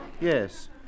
Yes